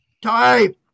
type